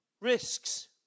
risks